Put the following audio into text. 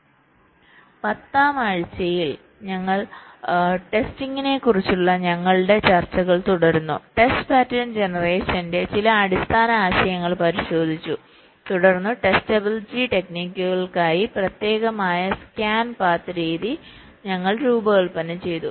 10 ാം ആഴ്ചയിൽ ഞങ്ങൾ ടെസ്റ്റിംഗിനെക്കുറിച്ചുള്ള ഞങ്ങളുടെ ചർച്ചകൾ തുടർന്നു ടെസ്റ്റ് പാറ്റേൺ ജനറേഷന്റെ ചില അടിസ്ഥാന ആശയങ്ങൾ പരിശോധിച്ചു തുടർന്ന് ടെസ്റ്റബിലിറ്റി ടെക്നിക്കുകൾക്കായി പ്രത്യേകമായി സ്കാൻ പാത്ത് രീതി ഞങ്ങൾ രൂപകൽപ്പന ചെയ്തു